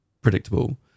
predictable